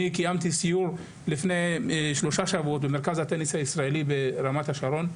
קיימתי סיור לפני שלושה שבועות במרכז הטניס הישראלי ברמת השרון.